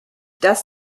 das